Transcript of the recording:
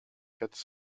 quatre